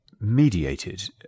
mediated